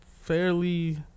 fairly